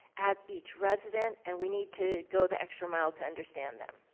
at each resident, and we need to go the extra mile to understand them.